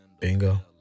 Bingo